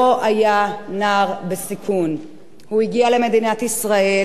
הוא הגיע למדינת ישראל מחבר המדינות.